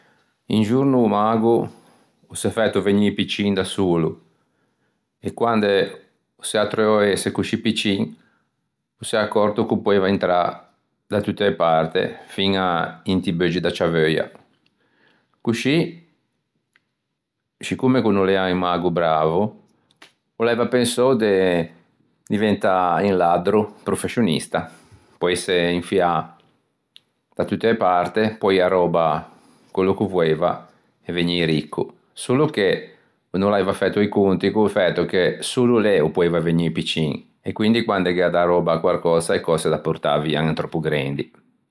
Un giorno o mago o s'é fæto vegnî piccin da solo e quande o s'é attreuou à ëse coscì piccin o s'é accòrto ch'o poeiva intrâ da tutte e parte, fiña inti beuggi da ciaveuia. Coscì, sciccomme ch'o n'o l'ea un mago brao, o l'aiva pensou de diventâ un laddro profescionista, poeise infiâ da tutte e parte e arröbâ quello ch'o voeiva e vegnî ricco. Solo che o no l'aiva fæto i conti co-o fæto che solo lê o poeiva vegnî piccin e quindi quande gh'ea da arröbâ quarcösa, e cöse da portâ via ean troppo grendi.